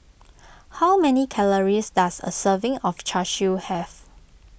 how many calories does a serving of Char Siu have